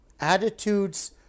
attitudes